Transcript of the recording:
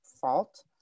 fault